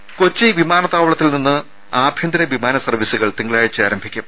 രുര കൊച്ചി വിമാനതാവളത്തിൽ നിന്നും ആഭ്യന്തര വിമാന സർവ്വീസുകൾ തിങ്കളാഴ്ച്ച ആരംഭിക്കും